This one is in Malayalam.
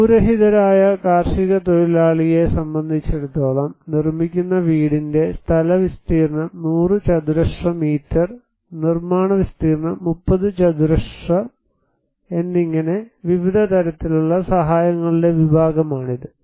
ഭൂരഹിതരായ കാർഷിക തൊഴിലാളിയെ സംബന്ധിച്ചിടത്തോളം നിർമ്മിക്കുന്ന വീടിൻറെ സ്ഥല വിസ്തീർണ്ണം 100 ചതുരശ്ര മീറ്റർ നിർമ്മാണ വിസ്തീർണ്ണം 30 ചതുരശ്ര എന്നിങ്ങനെ വിവിധ തരത്തിലുള്ള സഹായങ്ങളുടെ വിഭാഗമാണിത്